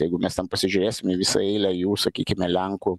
jeigu mes ten pasižiūrėsime į visą eilę jų sakykime lenkų